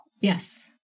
Yes